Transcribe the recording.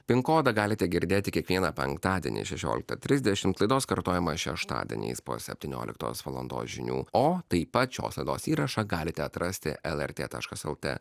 pin kodą galite girdėti kiekvieną penktadienį šešioliktą trisdešimt laidos kartojimą šeštadieniais po septynioliktos valandos žinių o taip pat šios laidos įrašą galite atrasti lrt taškas lt